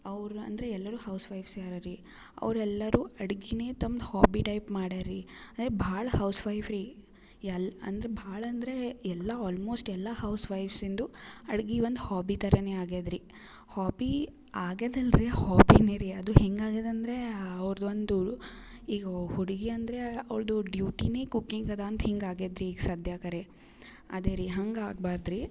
ಅವ್ರು ಅಂದರೆ ಎಲ್ಲರು ಹೌಸ್ ವೈಫ್ಸೆ ಅರ ರೀ ಅವ್ರು ಎಲ್ಲರು ಅಡ್ಗೆ ತಮ್ದು ಹಾಬಿ ಟೈಪ್ ಮಾಡಿಯಾರ್ ರೀ ಅಂದ್ರೆ ಭಾಳ ಹೌಸ್ ವೈಫ್ ರೀ ಎಲ್ಲ ಅಂದ್ರೆ ಭಾಳ ಅಂದರೆ ಎಲ್ಲ ಆಲ್ಮೋಸ್ಟ್ ಎಲ್ಲ ಹೌಸ್ ವೈಫ್ಸಿಂದು ಅಡ್ಗೆ ಒಂದು ಹಾಬಿ ಥರ ಆಗಿದೆ ರೀ ಹಾಬೀ ಆಗಿದೆ ಅಲ್ರಿ ಹಾಬಿನೇ ರೀ ಅದು ಹೆಂಗೆ ಆಗಿದೆ ಅಂದರೆ ಅವ್ರದ್ದು ಒಂದು ಈಗ ಹುಡುಗಿ ಅಂದರೆ ಅವ್ಳದ್ದು ಡ್ಯೂಟಿನೇ ಕುಕ್ಕಿಂಗ್ ಅದಾ ಅಂತ ಹಿಂಗೆ ಆಗಿದೆ ರೀ ಈಗ ಸಧ್ಯಕರೆ ಅದೇ ರೀ ಹಂಗೆ ಆಗ್ಬಾರ್ದು ರೀ